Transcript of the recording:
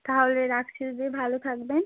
তাহলে রাখছি দিদি ভালো থাকবেন